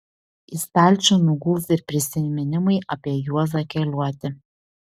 į stalčių nuguls ir prisiminimai apie juozą keliuotį